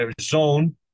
zone